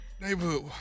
neighborhood